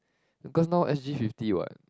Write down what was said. cause now S_G fifty what